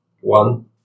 one